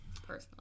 personally